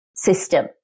system